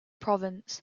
provence